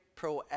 proactive